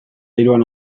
hiruan